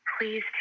Please